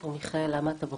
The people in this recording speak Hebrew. לדון בנושא של דיור